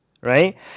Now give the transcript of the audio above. right